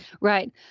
right